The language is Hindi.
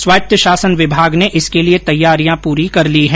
स्वायत शासन विभाग ने इसके लिए तैयारियां पूरी कर ली है